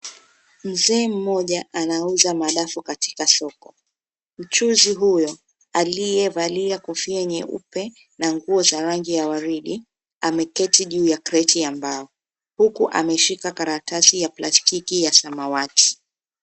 Mzee mmoja anauza madafu katika soko, mchuuzi huyo aliyevalia kofia nyeupe na nguo za rangi ya waridi ameketi juu ya kreti ya mbao huku ameshika karatasi ya plastiki ya samawati.